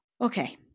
Okay